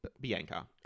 Bianca